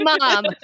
mom